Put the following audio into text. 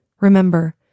Remember